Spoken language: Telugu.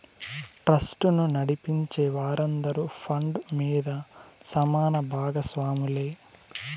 ట్రస్టును నడిపించే వారందరూ ఫండ్ మీద సమాన బాగస్వాములే